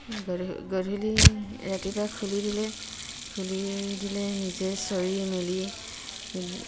গধ গধূলি ৰাতিপুৱা খুলি দিলে খুলি দিলে নিজে চৰি মেলি